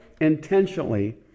intentionally